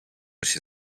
się